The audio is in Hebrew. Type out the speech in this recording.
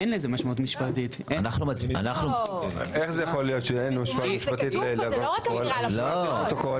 זה נמצא פה, לא רק אמירה לפרוטוקול.